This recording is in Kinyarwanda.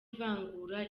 ivangura